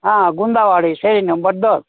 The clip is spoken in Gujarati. હા ગુંદાવાડી શેરી નંબર દસ